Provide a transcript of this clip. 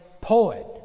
poet